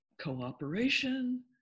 cooperation